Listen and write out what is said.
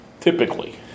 Typically